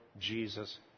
Jesus